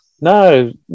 No